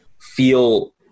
feel